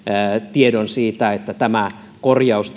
tiedon siitä että tämä korjaus